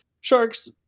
sharks